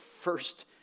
first